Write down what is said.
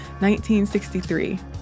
1963